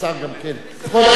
כבוד השר, בבקשה.